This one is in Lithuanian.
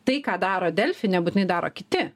tai ką daro delfi nebūtinai daro kiti